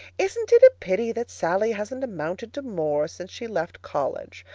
isn't it a pity that sallie hasn't amounted to more since she left college?